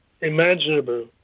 imaginable